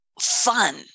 fun